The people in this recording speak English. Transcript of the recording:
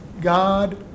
God